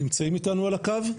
נמצאים איתנו על הקו?